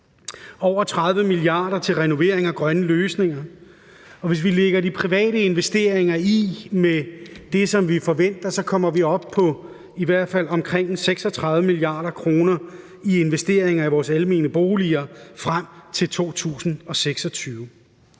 over 30 mia. kr. til renovering og grønne løsninger, og hvis vi lægger de private investeringer til det, som vi forventer, kommer vi op på i hvert fald omkring 36 mia. kr. i investeringer i vores almene boliger frem til 2026.